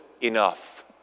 enough